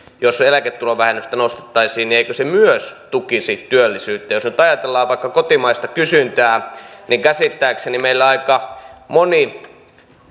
jos eläketulovähennystä nostettaisiin tukisi työllisyyttä jos nyt ajatellaan vaikka kotimaista kysyntää niin käsittääkseni meillä aika moni